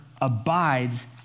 abides